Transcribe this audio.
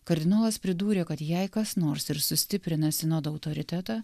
kardinolas pridūrė kad jei kas nors ir sustiprina sinodo autoritetą